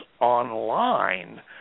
online